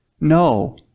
No